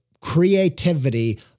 creativity